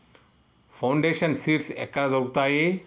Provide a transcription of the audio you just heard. Foundation seeds ఎక్కడ దొరుకుతాయి?